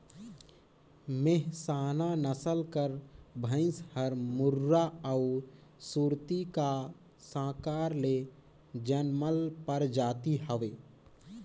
मेहसाना नसल कर भंइस हर मुर्रा अउ सुरती का संकर ले जनमल परजाति हवे